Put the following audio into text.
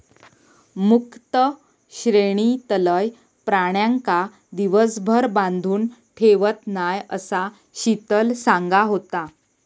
मुक्त श्रेणीतलय प्राण्यांका दिवसभर बांधून ठेवत नाय, असा शीतल सांगा होता